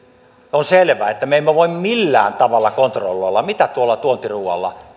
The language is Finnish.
on selvää että me emme voi millään tavalla kontrolloida mitä me tuontiruualla